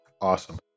Awesome